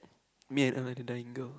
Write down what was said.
me and another dying girl